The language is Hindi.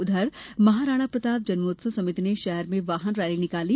उधर महाराणा प्रताप जन्मोत्सव समिति ने शहर में वाहन रैली निकाली